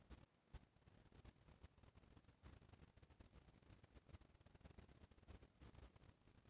साहीवाल गाय ह एक बार पिला देथे त करीब दस महीना ले गोरस देथे